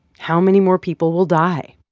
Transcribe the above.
how many more people will die?